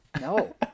No